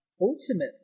ultimately